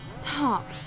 stop